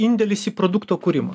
indėlis į produkto kūrimą